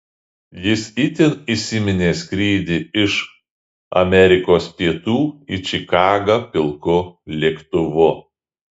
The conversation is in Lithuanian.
jis itin įsiminė skrydį iš amerikos pietų į čikagą pilku lėktuvu